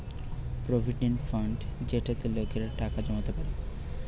provident fund যেটাতে লোকেরা টাকা জমাতে পারে